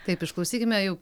taip išklausykime jau